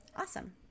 Awesome